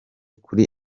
kuri